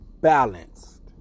balanced